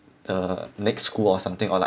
the next school or something or like